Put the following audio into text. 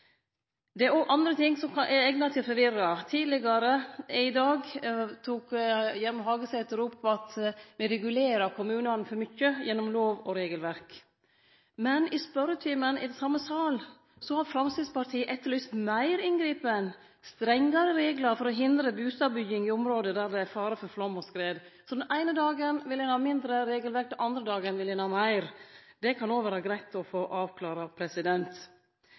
Det er òg andre ting som er eigna til å forvirre. Tidlegare i dag tok representanten Gjermund Hagesæter opp det at vi regulerer kommunane for mykje gjennom lov og regelverk. Men i spørjetimen i same salen har Framstegspartiet etterlyst meir innblanding, nemleg strengare reglar for å hindre bustadbygging i område der det er fare for flaum og skred. Den eine dagen vil ein ha mindre regelverk, den andre dagen vil ein ha meir – det kan det òg vere greitt å få